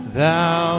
thou